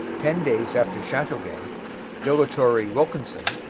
ten days after chateauguay dilatory wilkinson,